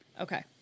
Okay